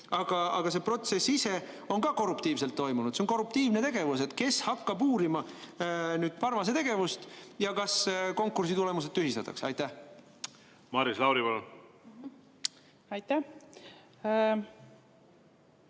all. See protsess ise on samuti korruptiivselt toimunud. See on korruptiivne tegevus. Kes hakkab uurima nüüd Parmase tegevust? Ja kas konkursi tulemused tühistatakse? Maris Lauri, palun! Aitäh!